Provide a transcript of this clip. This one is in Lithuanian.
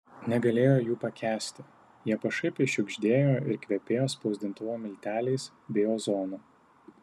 negalėjo jų pakęsti jie pašaipiai šiugždėjo ir kvepėjo spausdintuvo milteliais bei ozonu